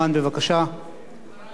אחריו,